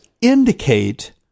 indicate